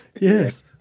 Yes